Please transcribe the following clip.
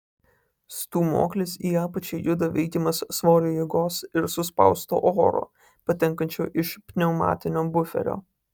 stūmoklis į apačią juda veikiamas svorio jėgos ir suspausto oro patenkančio iš pneumatinio buferio